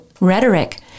rhetoric